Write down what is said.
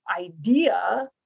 idea